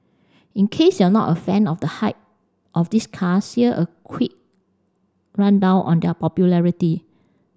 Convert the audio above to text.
in case you're not a fan of the hype of these cars here a quick rundown on their popularity